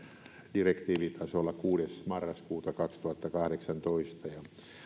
direktiivitasolla kuudes marraskuuta kaksituhattakahdeksantoista ja